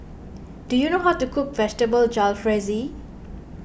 do you know how to cook Vegetable Jalfrezi